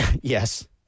Yes